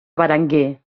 berenguer